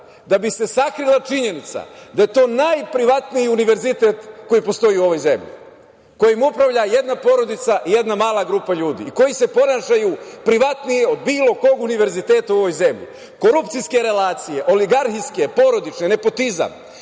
da bi se sakrila činjenica da je to najprivatniji univerzitet koji postoji u ovoj zemlji, kojim upravlja jedna porodica, jedna mala grupa ljudi, koji se ponašaju privatnije od bilo kog univerziteta u ovoj zemlji. Korupcijske relacije, oligarhijske, porodične, nepotizam,